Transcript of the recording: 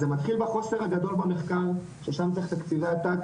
אז זה מתחיל בחוסר הגדול במחקר ששם צריך תקציבי עתק